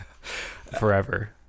forever